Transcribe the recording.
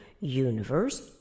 universe